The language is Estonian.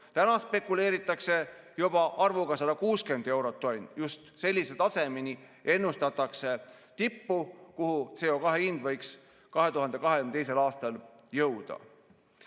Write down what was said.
Täna spekuleeritakse juba arvuga 160 eurot tonni eest. Just sellisel tasemel ennustatakse tippu, kuhu CO2hind võiks 2022. aastal jõuda.